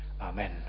Amen